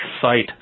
site